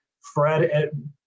Fred